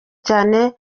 cyane